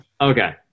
Okay